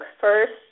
first